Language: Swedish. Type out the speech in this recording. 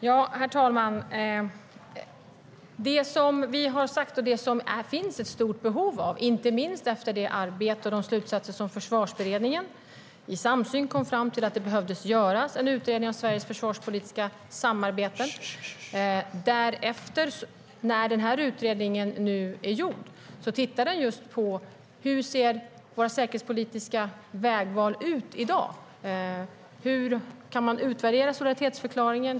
Herr talman! Det som vi har sagt, inte minst efter de slutsatser som Försvarsberedningen i samsyn kom fram till, är att det behöver göras en utredning av Sveriges försvarspolitiska samarbeten. Utredningen tittade på hur våra säkerhetspolitiska vägval ser ut i dag. Kan man utvärdera solidaritetsförklaringen?